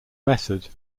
method